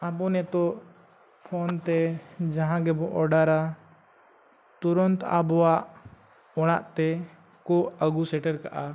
ᱟᱵᱚ ᱱᱤᱛᱚᱜ ᱯᱷᱳᱱ ᱛᱮ ᱡᱟᱦᱟᱸ ᱜᱮᱵᱚ ᱚᱰᱟᱨᱟ ᱛᱩᱨᱟᱹᱫ ᱟᱵᱚᱣᱟᱜ ᱚᱲᱟᱜᱛᱮ ᱠᱚ ᱟᱹᱜᱩ ᱥᱮᱴᱮᱨ ᱠᱟᱜᱼᱟ